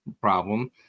problem